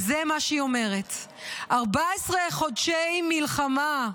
וזה מה שהיא אומרת: 14 חודשי מלחמה.